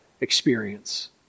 experience